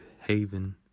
haven